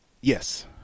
Yes